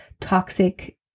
toxic